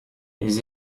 les